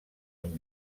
amb